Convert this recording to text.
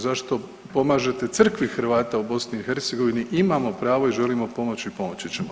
Zašto pomažete crkvi Hrvata u BiH, imamo pravo i želimo pomoći i pomoći ćemo.